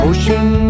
Ocean